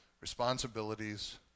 responsibilities